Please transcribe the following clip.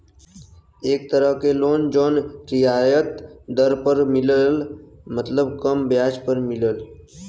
एक तरह क लोन जौन रियायत दर पर मिलला मतलब कम ब्याज पर मिलला